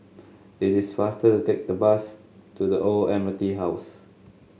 it is faster to take the bus to The Old Admiralty House